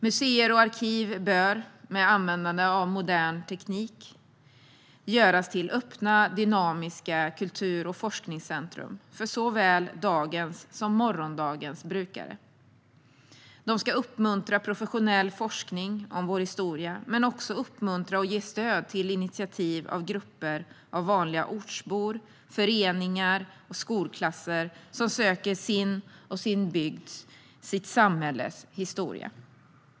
Museer och arkiv bör, med användande av modern teknik, göras till öppna dynamiska kultur och forskningscentrum för såväl dagens som morgondagens brukare. De ska uppmuntra professionell forskning om vår historia men också uppmuntra och ge stöd till initiativ från grupper av vanliga ortsbor, föreningar och skolklasser som söker sin och sin bygds, sitt samhälles, historia.